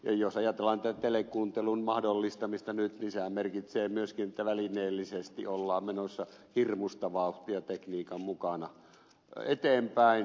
ja jos ajatellaan tätä telekuuntelun mahdollistamista nyt niin sehän merkitsee myöskin että välineellisesti ollaan menossa hirmuista vauhtia tekniikan mukana eteenpäin